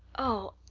oh,